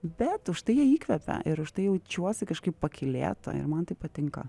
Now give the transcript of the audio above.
bet užtai jie įkvepia ir užtai jaučiuosi kažkaip pakylėta ir man tai patinka